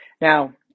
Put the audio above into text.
now